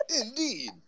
Indeed